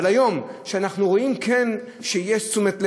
אבל היום, כשאנחנו כן רואים שיש תשומת לב,